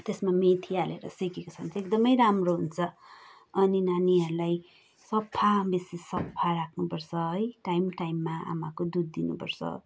त्यसमा मेथी हालेर सेकेको छ भने चाहिँ एकदमै राम्रो हुन्छ अनि नानीहरूलाई सफा बेसी सफा राख्नुपर्छ है टाइम टाइममा आमाको दुध दिनुपर्छ